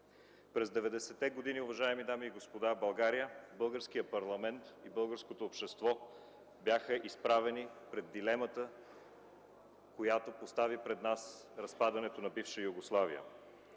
през 90-те години България, българският парламент и българското общество бяха изправени пред дилемата, която постави пред нас разпадането на бивша Югославия,